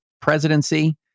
presidency